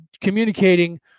communicating